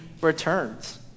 returns